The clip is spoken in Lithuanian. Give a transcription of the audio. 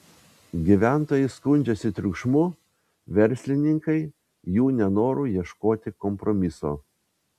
gyventojai skundžiasi triukšmu verslininkai jų nenoru ieškoti kompromiso